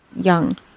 young